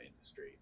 industry